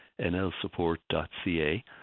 nlsupport.ca